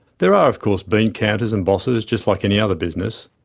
there are of course bean-counters and bosses, just like any other business.